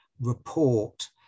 report